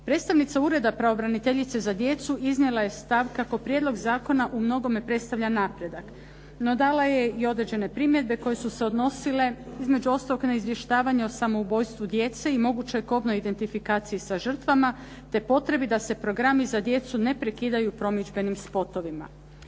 Predstavnica Ureda pravobraniteljice za djecu iznijela je stav kako prijedlog zakona u mnogome predstavlja napredak, no dala je i određene primjedbe koje su se odnosile između ostalog i na izvještavanje o samoubojstvu djece i mogućoj kobnoj identifikaciji sa žrtvama te potrebi da se programi za djecu ne prekidaju promidžbenim spotovima.